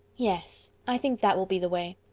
yes, i think that will be the way.